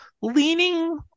leaning